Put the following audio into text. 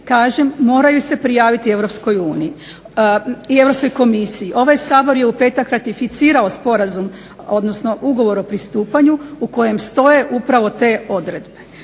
kažem moraju se prijaviti EU i Europskoj komisiji. Ovaj Sabor je u petak ratificirao Sporazum, odnosno Ugovor o pristupanju, u kojem stoje upravo te odredbe.